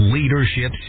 Leadership